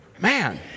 Man